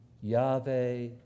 Yahweh